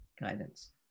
guidance